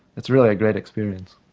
it's really a great experience.